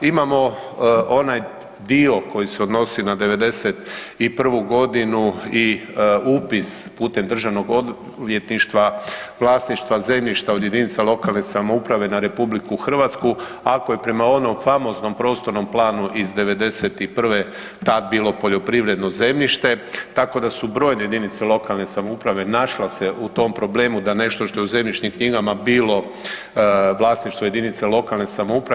Imamo onaj dio koji se odnosi na '91.g. i upis putem državnog odvjetništva vlasništva zemljišta od jedinica lokalne samouprave na RH, ako je prema onom famoznom prostornom planu iz '91.tad bilo poljoprivredno zemljište tako da su brojne jedinice lokalne samouprave našle se u tom problemu da nešto što je u zemljišnim knjigama bilo vlasništvo jedinica lokalne samouprave.